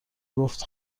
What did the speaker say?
گفت